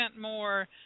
more